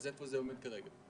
איפה זה עומד כרגע?